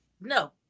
No